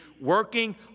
working